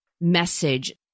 message